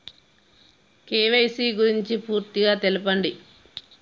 KYC గురించి పూర్తిగా తెలపండి?